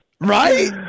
Right